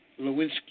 Lewinsky